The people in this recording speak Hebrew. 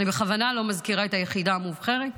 בכוונה אני לא מזכירה את היחידה המובחרת.